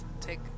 take